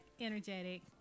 energetic